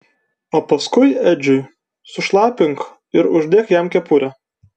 o paskui edžiui sušlapink ir uždėk jam kepurę